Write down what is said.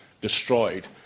destroyed –